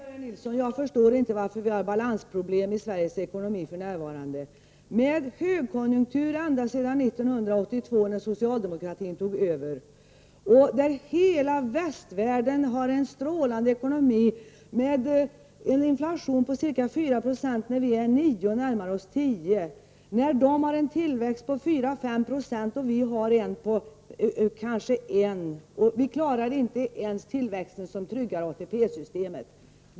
Herr talman! Nej, Börje Nilsson, jag förstår inte varför vi har balansproblem i Sveriges ekonomi för närvarande. Vi har haft högkonjunktur ända sedan 1982 när socialdemokratin tog över. Hela västvärlden har en strålande ekonomi med inflation på endast 4 26, när vi har 9 och närmar oss 10. De har en tillväxt på 4—5 90 medan vi har kanske 1 96 och inte ens klarar tillväxten för att trygga ATP-systemet.